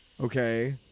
okay